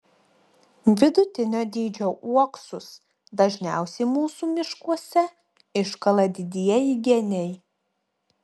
vidutinio dydžio uoksus dažniausiai mūsų miškuose iškala didieji geniai